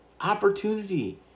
opportunity